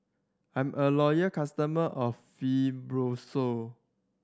I'm a loyal customer of Fibrosol